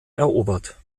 erobert